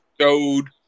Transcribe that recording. showed